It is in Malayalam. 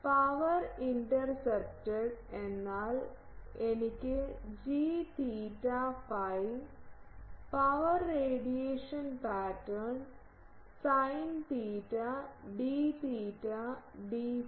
പവർ ഇന്റർസെപ്റ്റഡ് എന്നാൽ എനിക്ക് g power radiation pattern sine theta d theta d phi